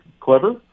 clever